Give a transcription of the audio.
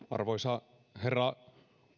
arvoisa herra